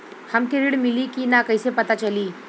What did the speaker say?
हमके ऋण मिली कि ना कैसे पता चली?